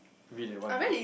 we did what day